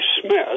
Smith